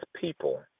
people